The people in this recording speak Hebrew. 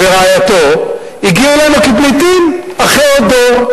ורעייתו הגיעו אלינו כפליטים אחרי עוד דור.